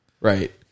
Right